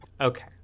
Okay